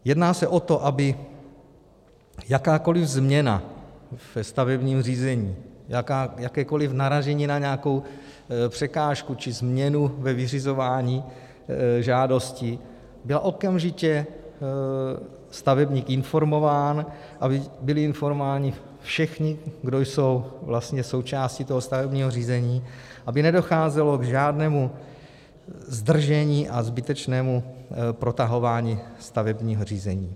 Jedná se o to, aby jakákoliv změna ve stavebním řízení, jakékoliv naražení na nějakou překážku či změnu ve vyřizování žádosti, byl okamžitě stavebník informován, aby byli informováni všichni, kdo jsou součástí toho stavebního řízení, aby nedocházelo k žádnému zdržení a zbytečnému protahování stavebního řízení.